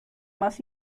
más